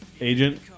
agent